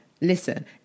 listen